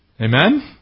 Amen